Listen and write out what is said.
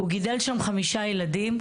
הוא גידל שם חמישה ילדים,